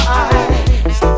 eyes